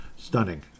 Stunning